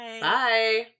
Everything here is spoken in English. Bye